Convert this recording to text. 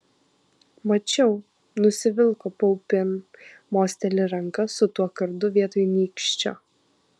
mačiau nusivilko paupin mosteli ranka su tuo kardu vietoj nykščio